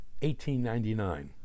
1899